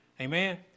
Amen